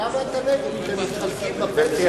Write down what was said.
אבל למה אתה נגד, אתם מתחלקים בפנסיה?